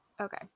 Okay